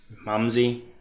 Mumsy